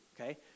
okay